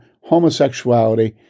homosexuality